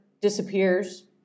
disappears